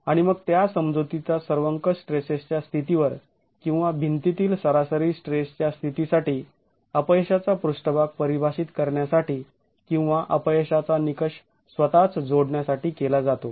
आणि मग त्या समजुतीचा सर्वंकष स्ट्रेसेसच्या स्थितीवर किंवा भिंतीतील सरासरी स्ट्रेसच्या स्थितीसाठी अपयशाचा पृष्ठभाग परिभाषित करण्यासाठी किंवा अपयशाचा निकष स्वतःच जोडण्यासाठी केला जातो